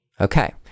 Okay